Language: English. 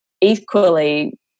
equally